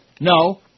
No